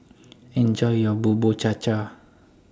Enjoy your Bubur Cha Cha